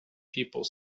people